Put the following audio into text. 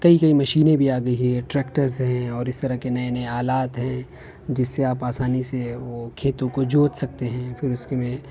کئی کئی مشینیں بھی آ گئی ہیں ٹریکٹرز ہیں اور اس طرح کے نئے نئے آلات ہیں جس سے آپ آسانی سے وہ کھیتوں کو جوت سکتے ہیں پھر اس میں